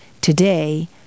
Today